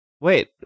Wait